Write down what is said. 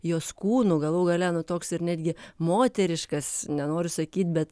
jos kūnu galų gale nu toks ir netgi moteriškas nenoriu sakyt bet